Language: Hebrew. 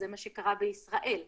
זה מה שקרה בישראל בעצם.